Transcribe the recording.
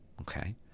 Okay